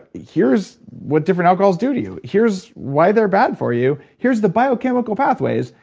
here's what different alcohols do to you. here's why they're bad for you. here's the biochemical pathways.